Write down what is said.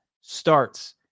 starts